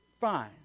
fine